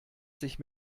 sich